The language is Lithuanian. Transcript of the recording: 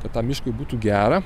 kad tam miškui būtų gera